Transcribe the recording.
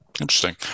Interesting